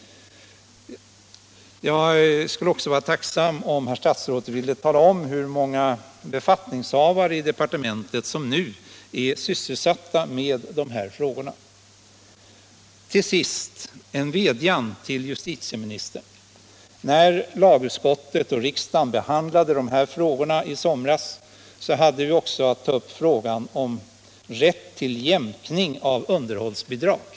Jag skulle också vara tacksam om herr statsrådet ville tala om hur många befattningshavare i departementet som nu är sysselsatta med dessa frågor. Till sist en vädjan till justitieministern. När lagutskottet och riksdagen behandlade dessa frågor i somras hade vi också att ta upp frågan om rätt till jämkning av underhållsbidrag.